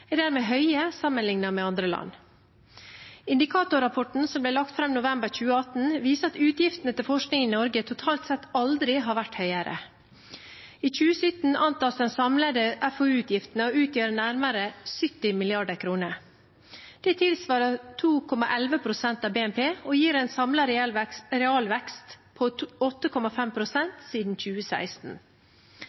med andre land. Indikatorrapporten som ble lagt fram i november 2018, viser at utgiftene til forskning i Norge totalt sett aldri har vært høyere. I 2017 antas de samlede FoU-utgiftene å utgjøre nærmere 70 mrd. kr. Det tilsvarer 2,11 pst. av BNP og gir en samlet realvekst på 8,5 pst. siden 2016.